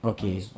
Okay